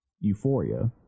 Euphoria